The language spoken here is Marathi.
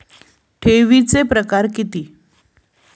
ठेवीचे प्रकार किती?